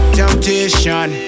temptation